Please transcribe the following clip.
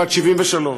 בת 73 מדימונה.